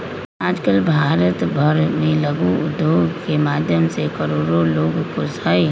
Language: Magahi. आजकल भारत भर में लघु उद्योग के माध्यम से करोडो लोग खुश हई